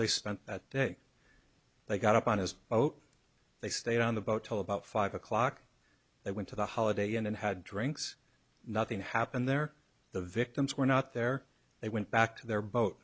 they spent that day they got up on his boat they stayed on the boat tell about five o'clock they went to the holiday inn and had drinks nothing happened there the victims were not there they went back to their boat